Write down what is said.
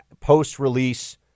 post-release